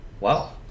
Wow